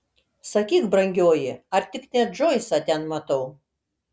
sakyk brangioji ar tik ne džoisą ten matau